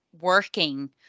working